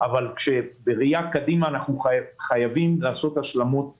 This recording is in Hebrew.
אבל בראייה קדימה אנחנו חייבים לעשות השלמות